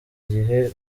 igihe